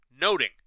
noting